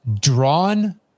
Drawn